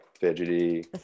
fidgety